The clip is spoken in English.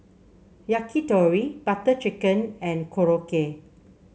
Yakitori Butter Chicken and Korokke